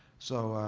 so,